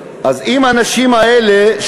אז אם האנשים האלה,